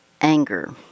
anger